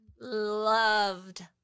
loved